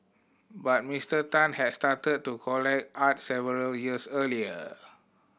but Mister Tan had started to collect art several years earlier